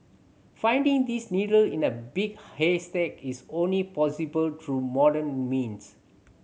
finding this needle in a big haystack is only possible through modern means